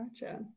Gotcha